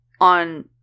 on